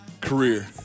career